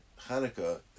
Hanukkah